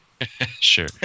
sure